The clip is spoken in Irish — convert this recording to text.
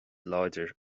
láidir